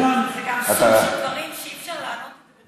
זה גם סוג של דברים שאי-אפשר לענות בצורה כזאת.